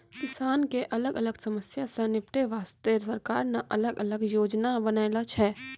किसान के अलग अलग समस्या सॅ निपटै वास्तॅ सरकार न अलग अलग योजना बनैनॅ छै